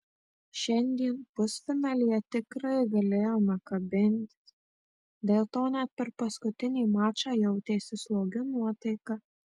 šiandien pusfinalyje tikrai galėjome kabintis dėl to net per paskutinį mačą jautėsi slogi nuotaika